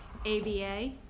aba